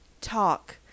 talk